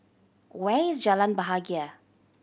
where is Jalan Bahagia